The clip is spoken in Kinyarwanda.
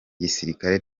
gisirikare